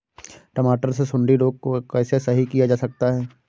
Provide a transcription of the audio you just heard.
टमाटर से सुंडी रोग को कैसे सही किया जा सकता है?